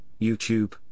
YouTube